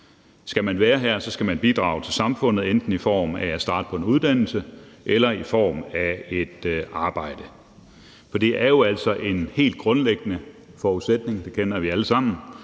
Skal man være her, skal man bidrage til samfundet enten i form af at starte på en uddannelse eller i form af at have et arbejde. For det er jo altså en helt grundlæggende forudsætning – det kender vi alle sammen